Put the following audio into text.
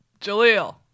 Jaleel